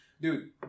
Dude